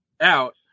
out